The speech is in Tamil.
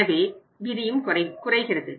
எனவே விதியும் குறைகிறது